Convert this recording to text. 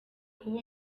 kuba